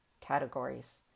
categories